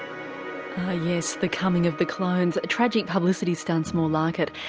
yes, the coming of the clones tragic publicity stunts more like it.